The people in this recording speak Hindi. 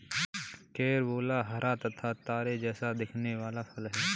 कैरंबोला हरा तथा तारे जैसा दिखने वाला फल है